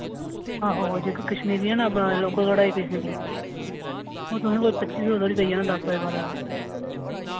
आहो जेह्का कश्मीरी ऐ ना लोकल कढ़ाई कश्मीरी ओ तुसें कोई पच्ची सौ धोड़ी पेई जाना दस बाय बारां दा